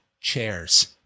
chairs